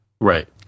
right